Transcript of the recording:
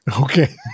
okay